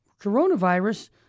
coronavirus